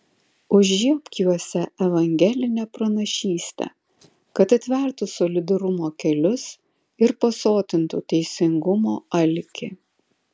užžiebk juose evangelinę pranašystę kad atvertų solidarumo kelius ir pasotintų teisingumo alkį